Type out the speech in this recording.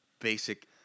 basic